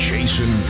Jason